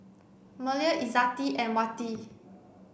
Melur Izzati and Wati